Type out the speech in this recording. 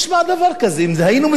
אם היינו מתכננים את זה,